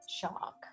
shock